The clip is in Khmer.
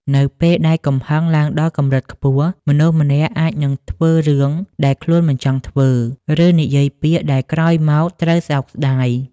នៅពេលដែលកំហឹងឡើងដល់កម្រិតខ្ពស់ មនុស្សម្នាក់អាចនឹងធ្វើរឿងដែលខ្លួនមិនចង់ធ្វើ ឬនិយាយពាក្យដែលក្រោយមកត្រូវសោកស្ដាយ។